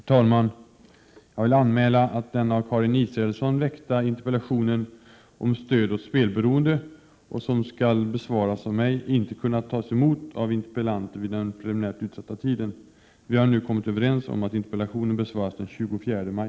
Herr talman! Jag vill anmäla att den av Karin Israelsson väckta interpellationen om stöd åt spelberoende, som skall besvaras av mig, inte kunnat tas emot av interpellanten vid den preliminärt utsatta tiden. Vi har nu kommit överens om att interpellationen skall besvaras den 24 maj.